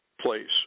place